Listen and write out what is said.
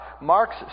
Mark's